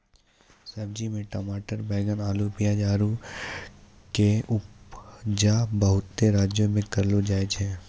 सब्जी मे टमाटर बैगन अल्लू पियाज आरु के उपजा बहुते राज्य मे करलो जाय छै